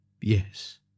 Yes